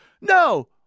No